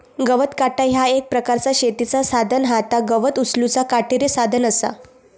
गवत काटा ह्या एक प्रकारचा शेतीचा साधन हा ता गवत उचलूचा काटेरी साधन असा